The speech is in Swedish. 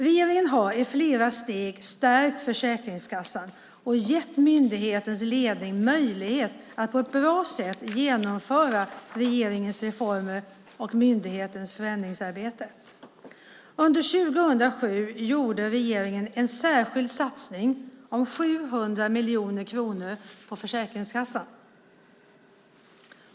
Regeringen har i flera steg stärkt Försäkringskassan och gett myndighetens ledning möjlighet att på ett bra sätt genomföra regeringens reformer och myndighetens förändringsarbete. Under 2007 gjorde regeringen en särskild satsning om 700 miljoner kronor på Försäkringskassan.